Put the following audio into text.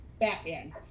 Batman